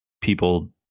people